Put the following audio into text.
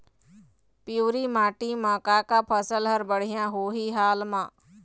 पिवरी माटी म का का फसल हर बढ़िया होही हाल मा?